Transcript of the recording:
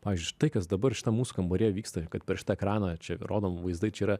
pavyzdžiui štai dabar šitam mūsų kambaryje vyksta kad per šitą ekraną čia rodom vaizdai čia yra